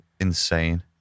insane